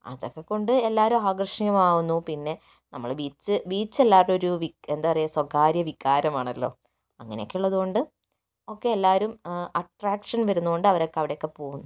അതൊക്കെക്കൊണ്ട് എല്ലാവരും ആകർഷകമാകുന്നു പിന്നെ നമ്മള് ബീച്ച് ബീച്ച് എല്ലാവരുടെ ഒരു എന്താ പറയുക സ്വകാര്യ വികാരമാണല്ലോ അങ്ങനെയൊക്കെ ഉള്ളതുകൊണ്ട് ഒക്കെ എല്ലാവരും അട്രാക്ഷൻ വരുന്നതുകൊണ്ട് അവരൊക്കെ അവിടെയൊക്കെ പോകുന്നു